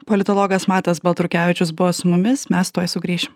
politologas matas baltrukevičius buvo su mumis mes tuoj sugrįšim